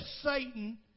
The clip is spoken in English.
Satan